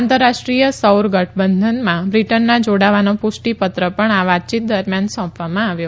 આંતરરાષ્ટ્રીય સૌર ગઠબંધનમાં બ્રિટનના જાડાવાનો પુષ્ટીપત્ર પણ આ વાતચીત દરમિયાન સોંપવામાં આવ્યો